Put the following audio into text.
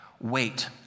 Wait